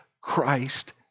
Christ